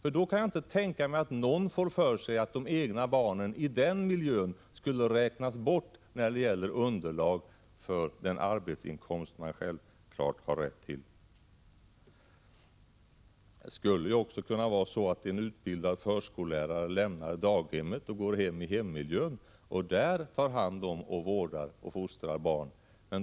Jag kan inte tänka mig att någon då får för sig att de egna barnen i den miljön skulle räknas bort när det gäller underlag för den arbetsinkomst som man självfallet har rätt till. En utbildad förskollärare kan också lämna daghemmet, gå hem och i hemmiljön vårda och fostra barn.